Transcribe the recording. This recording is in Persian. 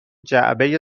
جعبه